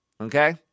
Okay